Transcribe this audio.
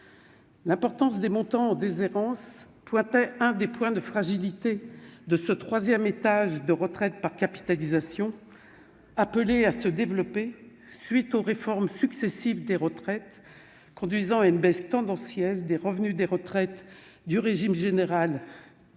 L'importance des montants en déshérence soulignait un des points de fragilité de ce troisième étage de retraite par capitalisation appelé à se développer à la suite des réformes successives des retraites, qui conduisent à une baisse tendancielle des revenus des retraités du régime général et